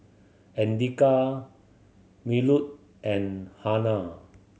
Andika Melur and Hana